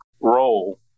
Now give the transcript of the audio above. role